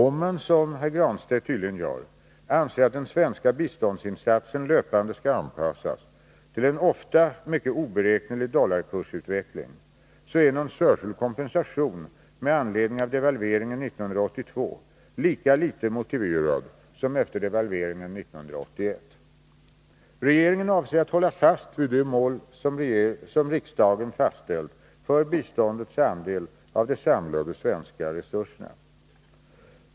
Om man, som herr Granstedt tydligen gör, anser att den svenska biståndsinsatsen löpande skall anpassas till en ofta mycket oberäknelig dollarkursutveckling, så är någon särskild kompensation med anledning av devalveringen 1982 lika litet motiverad som efter devalveringen 1981. ens konsekvenser för u-hjälpen Regeringen avser att hålla fast vid det mål som riksdagen fastställt för biståndets andel av de samlade svenska resurserna.